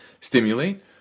stimulate